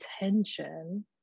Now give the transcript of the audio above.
attention